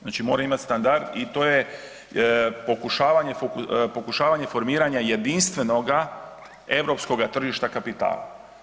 Znači mora imati standard i to je pokušavanje formiranja jedinstvenoga europskoga tržišta kapitala.